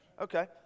Okay